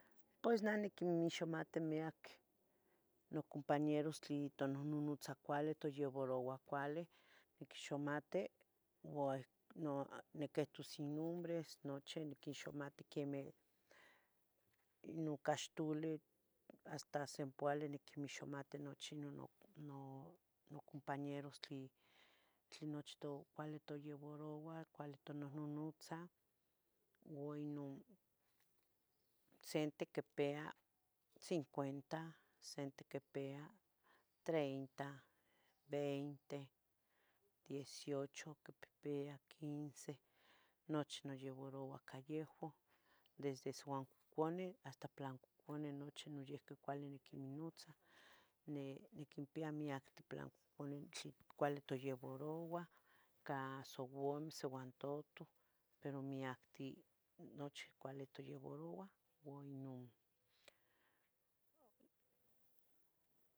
Pues nah niquimixomati miyac nocompañeros tli itonohnotzah cualih, toyevarouah cuali, niquixomati uoh niquihtos inombres nochi. Niquixomati quemeh no cahtuli noso hasta simpuali nochi nocompañeros tlen achtoh cuali toyevarouah, cuali tonohnonotzah. Uo Inon sente quipia cincuenta, sente quipia treinta, veinte, diez y ocho, quipehpeya quince. Nochi noyevaroua cah yehuan desde siuancoconeh hasta plancoconeh, nochi noyiuqui cuali niquiminohnotza. Niquinpiya miyic tipilancoconeh tlen cuali toyevarouah ca souameh, souantoto, pero miyac cuali nochi timoyevarouah uo inon.